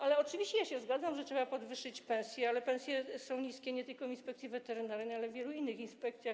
Ale oczywiście ja się zgadzam, że trzeba podwyższyć pensje, ale pensje są niskie nie tylko w Inspekcji Weterynaryjnej, ale też w wielu innych inspekcjach.